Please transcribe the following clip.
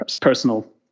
personal